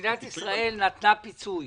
מדינת ישראל נתנה פיצוי.